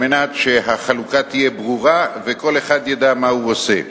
כדי שהחלוקה תהיה ברורה וכל אחד ידע מה הוא עושה.